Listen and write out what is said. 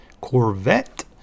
corvette